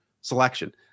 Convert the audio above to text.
selection